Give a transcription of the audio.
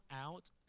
out